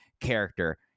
character